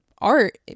art